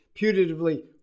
putatively